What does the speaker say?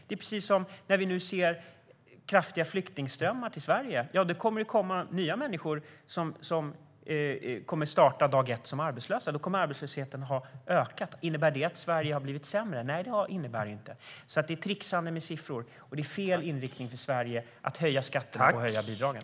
Det är precis som när vi nu ser kraftiga flyktingströmmar till Sverige. Det kommer att komma nya människor som startar dag ett som arbetslösa, och då kommer arbetslösheten att öka. Innebär det att Sverige har blivit sämre? Nej, det gör det inte. Det är alltså ett trixande med siffror, och det är fel inriktning för Sverige att höja skatterna och höja bidragen.